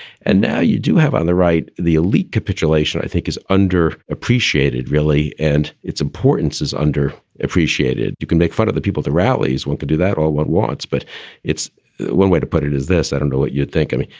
and now you do have on the right the elite capitulation, i think is under appreciated, really, and its importance is under appreciated. you can make fun of the people, the rallies, one could do that or one wants. but it's one way to put it is this. i don't know what you think. i mean,